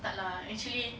tak lah actually